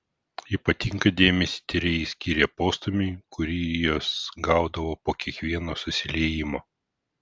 ypatingą dėmesį tyrėjai skyrė postūmiui kurį jos gaudavo po kiekvieno susiliejimo